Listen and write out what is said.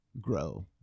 grow